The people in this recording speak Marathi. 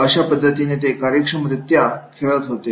अशा पद्धतीने ते कार्यक्षमरित्या खेळत होते